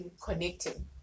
connecting